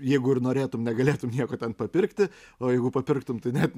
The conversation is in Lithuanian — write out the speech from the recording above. jeigu ir norėtum negalėtum nieko ten papirkti o jeigu papirktum tai net